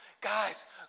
guys